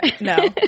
No